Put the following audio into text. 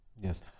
yes